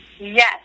Yes